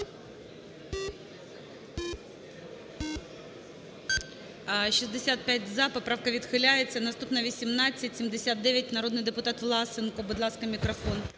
65 – за. Поправка відхиляється. Наступна – 1879, народний депутат Власенко. Будь ласка, мікрофон.